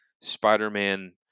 Spider-Man